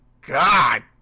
God